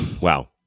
wow